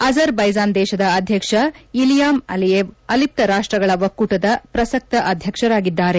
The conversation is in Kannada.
ಅಜರ್ಬೈಜಾನ್ ದೇಶದ ಅಧ್ಯಕ್ಷ ಕಲಿಯಾಮ್ ಅಲಿಯೆವ್ ಅಲಿಪ್ತ ರಾಷ್ಷಗಳ ಒಕ್ಕೂಟದ ಪ್ರಸಕ್ತ ಅಧ್ಯಕ್ಷರಾಗಿದ್ದಾರೆ